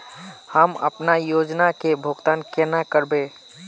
हम अपना योजना के भुगतान केना करबे?